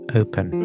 open